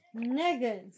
Niggas